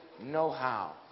know-how